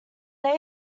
they